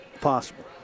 possible